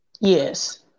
Yes